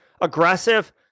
aggressive